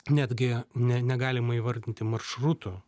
netgi ne negalima įvardinti maršrutų